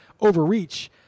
overreach